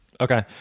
Okay